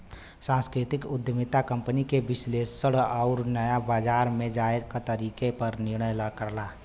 सांस्कृतिक उद्यमिता कंपनी के विश्लेषण आउर नया बाजार में जाये क तरीके पर निर्णय करला